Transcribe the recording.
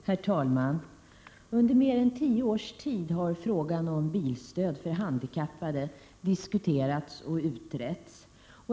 Herr talman! Under mer än tio års tid har frågan om bilstöd till handikappade diskuterats och utretts.